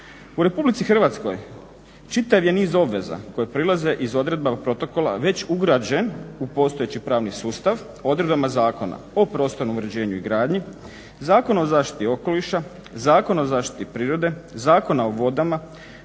U Republici Hrvatskoj čitav je niz obveza koje proizlaze iz odredba protokola već ugrađen u postojeći pravni sustav odredbama Zakona o prostornom uređenju i gradnji, Zakon o zaštiti okoliša, Zakon o zaštiti prirode, Zakona o vodama,